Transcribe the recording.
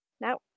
Now